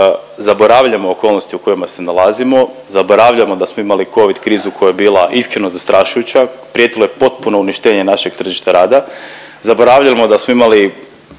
zaboravljamo okolnosti u kojima se nalazimo, zaboravljamo da smo imali covid krizu koja je bila iskreno zastrašujuća, prijetilo je potpuno uništenje našeg tržišta rada, zaboravljamo da smo imali